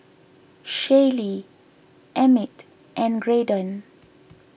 Shaylee Emmitt and Graydon